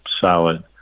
solid